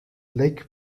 lake